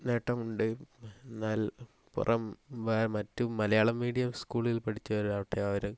നേട്ടമുണ്ട് എന്നാൽ പുറം മറ്റ് മലയാളം മീഡിയം സ്കൂളിൽ പഠിച്ചവരാകട്ടെ അവർ